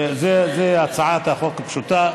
זו הצעת חוק פשוטה,